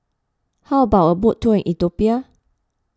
how about a boat tour in Ethiopia